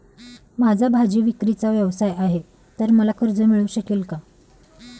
माझा भाजीविक्रीचा व्यवसाय आहे तर मला कर्ज मिळू शकेल का?